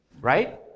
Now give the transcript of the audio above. Right